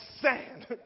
sand